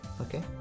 okay